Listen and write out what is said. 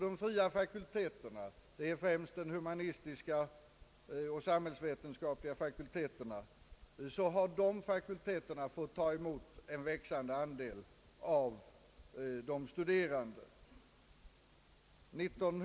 De fria fakulteterna, främst de humanistiska och samhällsvetenskapliga fakulteterna, har fått ta emot en växande andel av de studerande.